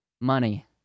Money